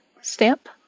stamp